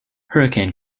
hurricane